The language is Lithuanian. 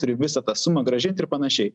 turi visą tą sumą grąžint ir panašiai